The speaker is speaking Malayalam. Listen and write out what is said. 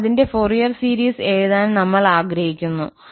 ഇവിടെ അതിന്റെ ഫോറിയർ സീരീസ് എഴുതാൻ നമ്മൾ ആഗ്രഹിക്കുന്നു